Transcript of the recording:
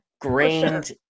Grained